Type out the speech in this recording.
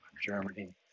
Germany